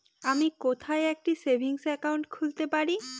আমি কোথায় একটি সেভিংস অ্যাকাউন্ট খুলতে পারি?